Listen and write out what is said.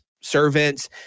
servants